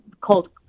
called